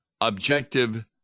objective